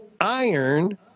iron